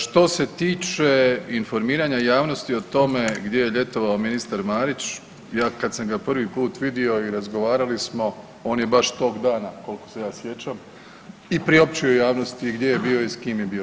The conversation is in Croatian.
Što se tiče informiranja javnosti o tome gdje je ljetovao ministar Marić, ja kad sam ga prvi put vidio i razgovarali smo, on je baš tog dana koliko se ja sjećam i priopćio javnosti gdje je bio i s kim je bio.